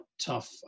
tough